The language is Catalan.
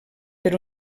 per